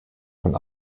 von